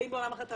בעולם אחר.